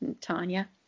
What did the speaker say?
Tanya